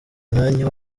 umwanya